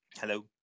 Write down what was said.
Hello